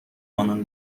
آنان